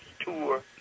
tour